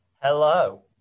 Hello